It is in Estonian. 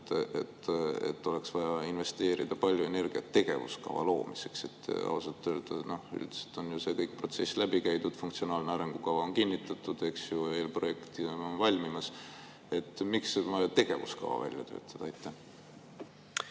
et oleks vaja investeerida palju energiat tegevuskava loomiseks. Ausalt öeldes on see protsess üldiselt läbi käidud, funktsionaalne arengukava on kinnitatud, eelprojekt on valmimas. Miks on vaja tegevuskava välja töötada? Aitäh!